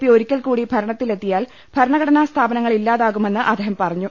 P ഒരിക്കൽക്കൂടി ഭരണത്തിലെത്തിയാൽ ഭരണഘടനാ സ്ഥാപനങ്ങൾ ഇല്ലാതാകുമെന്ന് അദ്ദേഹം പറ ഞ്ഞു